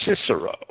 Cicero